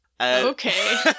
Okay